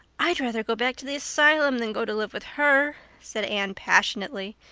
i'd rather go back to the asylum than go to live with her, said anne passionately.